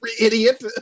idiot